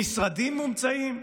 עם משרדים מומצאים,